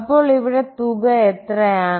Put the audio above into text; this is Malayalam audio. അപ്പോൾ ഇവിടെ തുക എത്രയാണ്